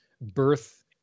birth